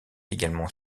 également